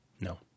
No